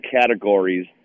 categories